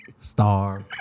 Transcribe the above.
Star